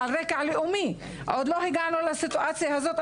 על רקע לאומי עוד לא הגענו לסיטואציה הזו.